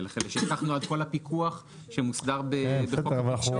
הרי --- הפיקוח שמוסדר בחוק התקשורת.